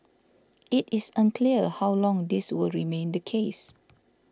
it is unclear how long this will remain the case